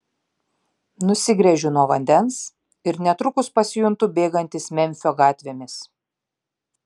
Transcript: nusigręžiu nuo vandens ir netrukus pasijuntu bėgantis memfio gatvėmis